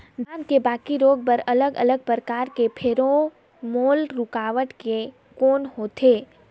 धान के बाकी रोग बर अलग अलग प्रकार के फेरोमोन रूकावट के कौन होथे?